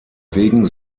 wegen